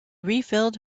refilled